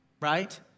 Right